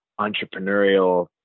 entrepreneurial